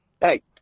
Hey